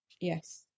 Yes